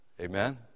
Amen